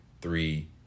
three